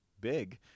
big –